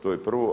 To je prvo.